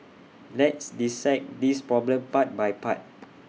let's dissect this problem part by part